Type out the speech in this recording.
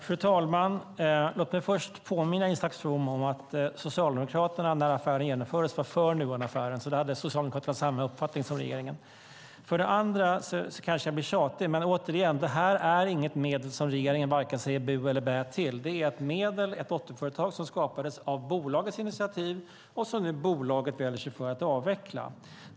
Fru talman! Låt mig först påminna Isak From om att Socialdemokraterna var för Nuonaffären när den genomfördes. Då hade Socialdemokraterna samma uppfattning som regeringen. Jag blir kanske tjatig, men jag vill återigen säga att detta inte är något medel som regeringen säger vare sig bu eller bä till. Det är ett medel i form av ett dotterföretag som skapades på bolagets initiativ och som bolaget nu väljer att avveckla.